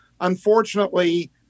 Unfortunately